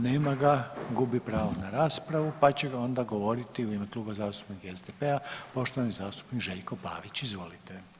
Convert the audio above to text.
Nema ga, gubi pravo na raspravu, pa će onda govoriti u ime Kluba zastupnika SDP-a poštovani zastupnik Željko Pavić, izvolite.